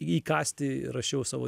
įkąsti rašiau savo